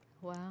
Wow